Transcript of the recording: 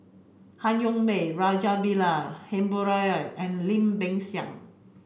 Han Yong May Rajabali Jumabhoy and Lim Peng Siang